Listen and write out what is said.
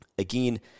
Again